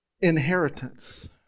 Inheritance